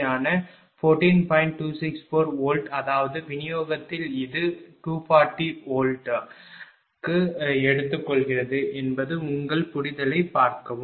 264 V அதாவது விநியோகத்தில் இது 240 V க்கு எடுத்துக்கொள்கிறது என்பது உங்கள் புரிதலைப் பார்க்கவும்